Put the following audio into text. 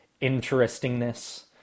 interestingness